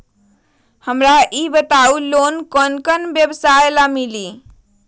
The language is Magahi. हमरा ई बताऊ लोन कौन कौन व्यवसाय ला मिली?